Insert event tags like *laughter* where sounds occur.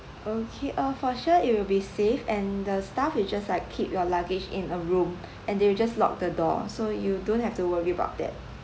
okay uh for sure it will be safe and the staff will just like keep your luggage in a room *breath* and they will just lock the door so you don't have to worry about that